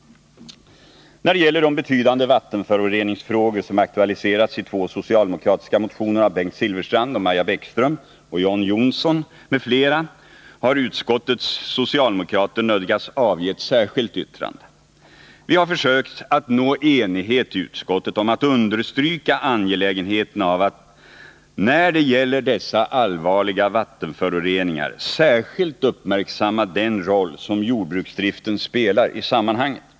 När det gäller de betydande vattenföroreningsfrågor som aktualiserats i två socialdemokratiska motioner, en av Bengt Silfverstrand och Maja Bäckström och en av John Johnsson m.fl., har utskottets socialdemokrater nödgats avge ett särskilt yttrande. Vi har försökt att nå enighet i utskottet om att understryka angelägenheten av att man i fråga om dessa allvarliga vattenföroreningar särskilt uppmärksammar den roll som jordbruksdriften spelar i sammanhanget.